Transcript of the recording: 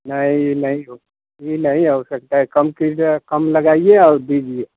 नहीं नहीं हो यह नहीं हो सकता है कम कीजिए कम लगाइए और दीजिए